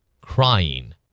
Crying